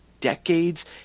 decades